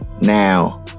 Now